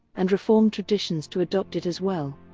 and reformed traditions to adopt it as well.